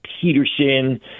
Peterson